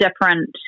different